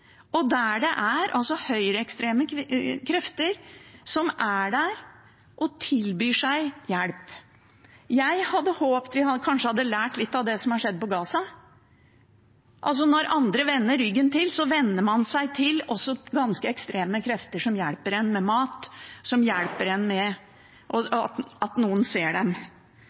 og der det altså er høyreekstreme krefter som er der og tilbyr hjelp? Jeg hadde håpet vi kanskje hadde lært litt av det som har skjedd på Gaza. Når andre vender ryggen til, vender man seg til ganske ekstreme krefter som hjelper en med mat, som hjelper en ved at noen ser dem.